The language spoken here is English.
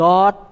God